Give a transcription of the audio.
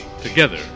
Together